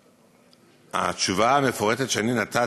מהתשובה המפורטת שנתתי,